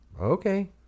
Okay